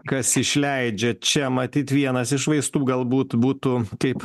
kas išleidžia čia matyt vienas iš vaistų galbūt būtų kaip